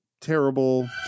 terrible